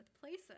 places